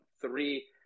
three